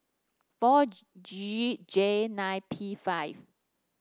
four G J nine P five